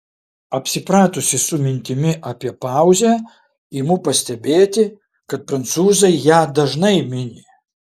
apsipratusi su mintimi apie pauzę imu pastebėti kad prancūzai ją dažnai mini